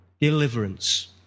deliverance